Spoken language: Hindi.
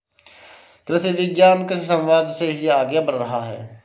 कृषि विज्ञान कृषि समवाद से ही आगे बढ़ रहा है